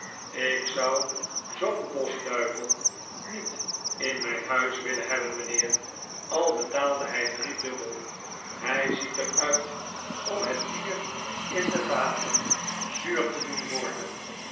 ik zou zoo'n boschduivel niet in mijn huis willen hebben mijnheer al betaalde hij driedubbel hij ziet er uit om het bier in de vaten zuur te doen worden